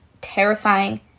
terrifying